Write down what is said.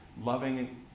loving